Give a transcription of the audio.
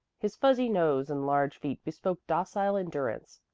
his fuzzy nose and large feet bespoke docile endurance,